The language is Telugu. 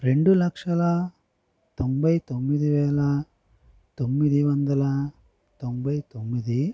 రెండు లక్షల తొంభై తొమ్మిది వేల తొమ్మిది వందల తొంభై తొమ్మిది